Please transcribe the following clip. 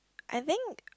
I think